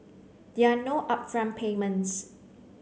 there are no upfront payments